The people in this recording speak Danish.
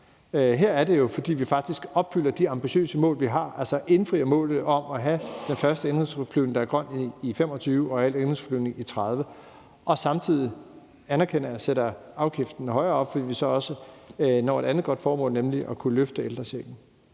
Her er det jo, fordi vi faktisk opfylder de ambitiøse mål, vi har, altså indfrier målene om at have den første indenrigsflyvning, der er grøn, i 2025, og at al indenrigsflyvning skal være grøn i 2030. Og samtidig anerkender jeg, at vi sætter afgiften højere op, fordi vi så også når et andet godt mål, nemlig at kunne forhøje ældrechecken.